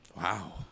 Wow